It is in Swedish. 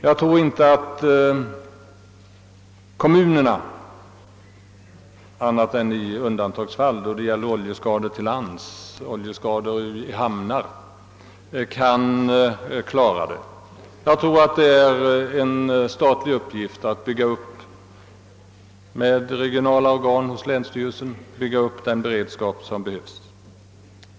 Jag tror inte att kommunerna, annat än i sådana undantagsfall som gäller oljeskador till lands och i hamnar, kan klara dylika skador. Jag tror att det är en statlig uppgift att med regionala organ hos länsstyrelserna bygga upp den nödvändiga beredskapen.